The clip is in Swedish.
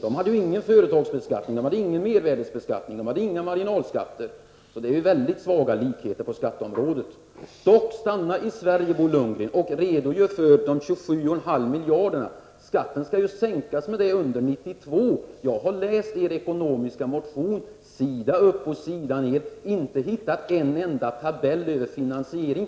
Där hade man ingen företagsbeskattning, mervärdesbeskattning eller mariginalbeskattning. Det är mycket svaga likheter på skatteområdet. 27,5 miljarderna. Skatten skall sänkas med detta belopp under 1992. Jag har läst er ekonomiska motion sida upp och sida ner och inte hittat en enda tabell över finansiering.